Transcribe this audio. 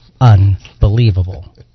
unbelievable